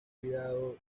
cuidado